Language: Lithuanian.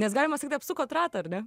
nes galima sakyt apsukot ratą ar ne